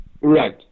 Right